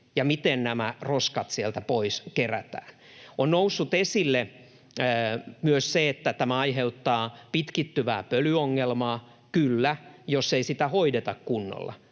ja miten nämä roskat sieltä pois kerätään. On noussut esille myös se, että tämä aiheuttaa pitkittyvää pölyongelmaa: kyllä, jos ei sitä hoideta kunnolla.